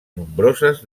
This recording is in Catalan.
nombroses